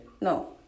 no